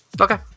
Okay